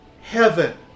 heaven